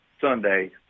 Sunday